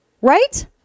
right